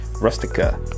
Rustica